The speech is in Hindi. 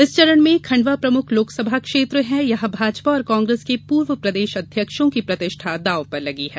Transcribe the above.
इस चरण में खंडवा प्रमुख लोकसभा क्षेत्र है यहां भाजपा और कांग्रेस के पूर्व प्रदेश अध्यक्षों की प्रतिष्ठा दांव पर लगी है